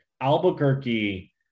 albuquerque